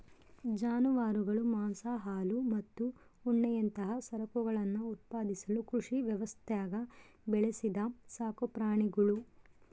ಜಾನುವಾರುಗಳು ಮಾಂಸ ಹಾಲು ಮತ್ತು ಉಣ್ಣೆಯಂತಹ ಸರಕುಗಳನ್ನು ಉತ್ಪಾದಿಸಲು ಕೃಷಿ ವ್ಯವಸ್ಥ್ಯಾಗ ಬೆಳೆಸಿದ ಸಾಕುಪ್ರಾಣಿಗುಳು